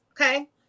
Okay